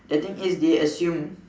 the thing is they assume